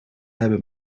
hebben